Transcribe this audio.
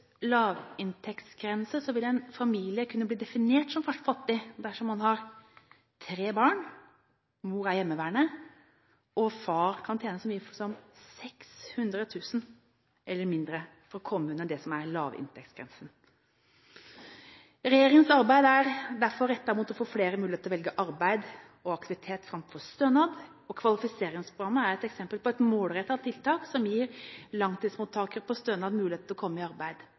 lavinntektsgrense vil en familie kunne bli definert som fattig dersom man har tre barn, mor er hjemmeværende, og far tjener 600 000 kr eller mindre – da kommer en under det som er lavinntektsgrensen. Regjeringens arbeid er derfor rettet mot det å gi flere mulighet til å velge arbeid og aktivitet framfor stønad, og kvalifiseringsprogrammet er et eksempel på et målrettet tiltak som gir langtidsmottakere av stønad muligheten til å komme i arbeid.